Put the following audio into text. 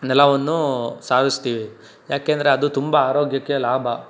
ನೆಲವನ್ನು ಸಾರಿಸ್ತೀವಿ ಯಾಕೆಂದರೆ ಅದು ತುಂಬ ಆರೋಗ್ಯಕ್ಕೆ ಲಾಭ